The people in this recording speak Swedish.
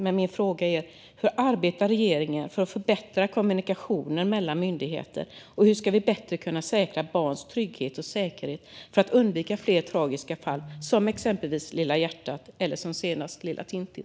Men min fråga är: Hur arbetar regeringen för att förbättra kommunikationen mellan myndigheter, och hur ska vi bättre kunna säkra barns trygghet och säkerhet för att undvika fler tragiska fall som exempelvis Lilla hjärtat eller, som senast, lilla Tintin?